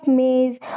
maze